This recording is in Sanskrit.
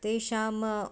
तेषाम्